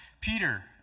Peter